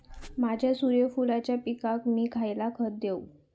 माझ्या सूर्यफुलाच्या पिकाक मी खयला खत देवू?